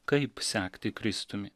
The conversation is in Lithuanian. kaip sekti kristumi